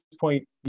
point